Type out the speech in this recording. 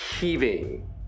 heaving